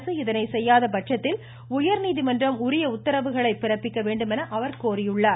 அரசு இதனை செய்யாத பட்சத்தில் உயர்நீதிமன்றம் உரிய உத்தரவுகளை பிறப்பிக்க வேண்டும் என அவர் கோரினார்